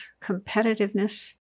competitiveness